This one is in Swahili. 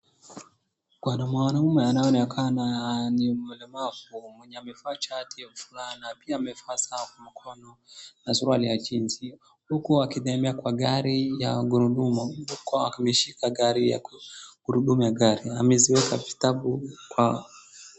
Kuna mwanaume anayeonekana ni mlemavu mwenye amevaa shati ya fulana pia amevaa saa kwa mkononi na suruali ya jeans . Huku akitembea kwa gari ya gurudumu huku ameshika gurudumu ya gari, ameziweka vitabu kwa.